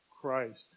Christ